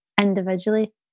individually